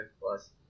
plus